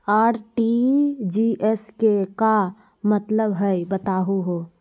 RTGS के का मतलब हई, बताहु हो?